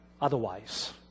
otherwise